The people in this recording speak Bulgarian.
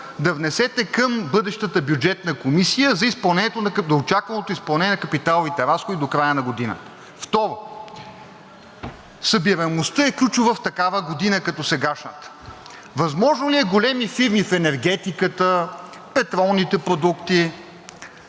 да внесете към бъдещата бюджетна комисия за очакваното изпълнение на капиталовите разходи до края на годината. Второ, събираемостта е ключова в такава година като сегашната. Възможно ли е големи фирми в енергетиката, петролните продукти